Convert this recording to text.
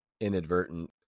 inadvertent